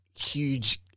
huge